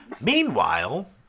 Meanwhile